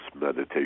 meditation